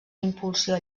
impulsió